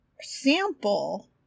sample